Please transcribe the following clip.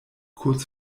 kurz